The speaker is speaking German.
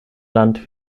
land